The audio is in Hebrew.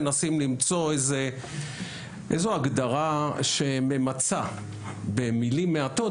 מנסים למצוא איזו הגדרה שממצה במילים מעטות